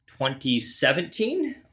2017